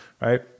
right